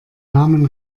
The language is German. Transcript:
namen